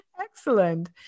Excellent